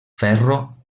ferro